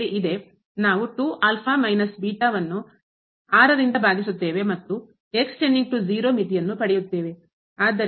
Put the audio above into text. ನಾವು ಅನ್ನು ರಿಂದ ಭಾಗಿಸುತ್ತೇವೆ ಮತ್ತು ಮಿತಿಯನ್ನು ಪಡೆಯುತ್ತೇವೆ